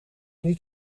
niet